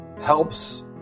helps